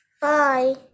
Bye